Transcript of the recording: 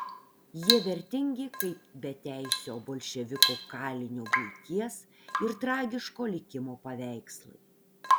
jie vertingi kaip beteisio bolševikų kalinio buities ir tragiško likimo paveikslai